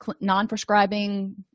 non-prescribing